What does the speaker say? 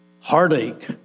heartache